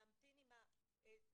להמתין עם הזמן.